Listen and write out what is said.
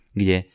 kde